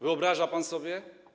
Wyobraża pan sobie?